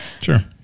sure